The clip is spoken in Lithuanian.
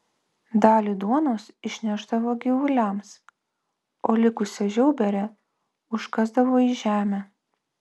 dalį duonos išnešdavo gyvuliams o likusią žiauberę užkasdavo į žemę